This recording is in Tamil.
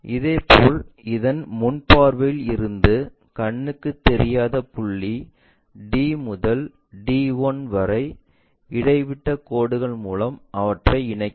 இதேபோல் இந்த முன் பார்வையில் இருந்து கண்ணுக்கு தெரியாத புள்ளி D முதல் D 1 வரை இடைவிட்டக் கோடுகள் மூலம் அவற்றை இணைக்கவும்